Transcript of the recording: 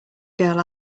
girl